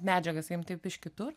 medžiagas imt taip iš kitur